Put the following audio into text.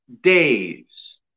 days